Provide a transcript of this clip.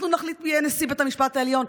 אנחנו נחליט מי יהיה נשיא בית המשפט העליון.